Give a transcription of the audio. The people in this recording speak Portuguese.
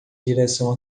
direção